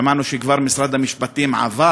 שמענו שמשרד המשפטים עבר